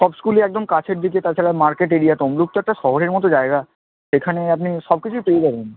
সব স্কুলই একদম কাছের দিকে তাছাড়া মার্কেট এরিয়া তামলুক তো একটা শহরের মতো জায়গা এখানে আপনি সব কিছুই পেয়ে যাবেন